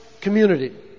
community